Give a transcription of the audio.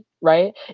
right